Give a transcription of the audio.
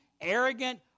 arrogant